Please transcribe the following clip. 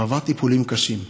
הוא עבר טיפולים קשים.